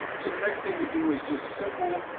so the next thing to do is just simple,